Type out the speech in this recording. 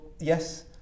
yes